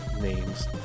names